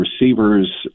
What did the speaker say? receivers